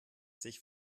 sich